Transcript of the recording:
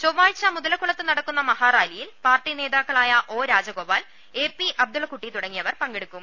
ചൊവ്വാഴ്ച് മുതിലക്കുളത്ത് നടക്കുന്ന മഹാറാലിയിൽ പാർട്ടി നേതാക്കളായി O Rajagopal A P Abdullakutty തുടങ്ങിയ വർ പങ്കെടുക്കും